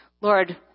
Lord